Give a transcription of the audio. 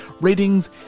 ratings